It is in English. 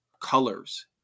colors